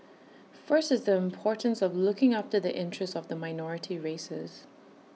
first is the importance of looking after the interest of the minority races